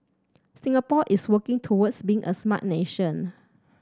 Singapore is working towards being a smart nation